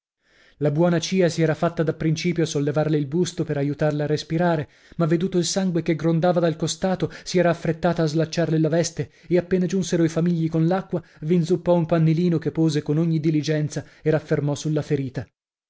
la buona cia si era fatta da principio a sollevarle il busto per aiutarla a respirare ma veduto il sangue che grondava dal costato si era affrettata a slacciarle la veste e appena giunsero i famigli con l'acqua v'inzuppò un pannilino che pose con ogni diligenza e raffermò sulla ferita